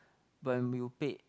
but when you paid